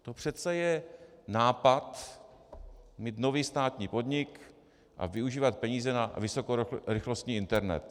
To přece je nápad mít nový státní podnik a využívat peníze na vysokorychlostní internet.